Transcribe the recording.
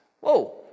Whoa